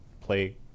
play